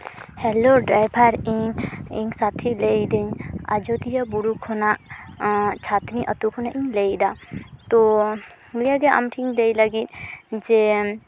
hello driver ᱤᱧ ᱤᱧ ᱥᱟᱹᱛᱷᱤ ᱞᱟᱹᱭᱫᱟᱹᱧ ᱟᱡᱳᱫᱤᱭᱟᱹ ᱵᱩᱨᱩ ᱠᱷᱚᱱᱟᱜ ᱪᱷᱟᱛᱱᱤ ᱟᱹᱛᱩ ᱠᱷᱚᱱᱟᱜ ᱤᱧ ᱞᱟᱹᱭᱫᱟ ᱛᱳ ᱱᱤᱭᱟᱹᱜᱮ ᱟᱢ ᱴᱷᱮᱱᱤᱧ ᱞᱟᱹᱭ ᱞᱟᱹᱜᱤᱫ ᱡᱮ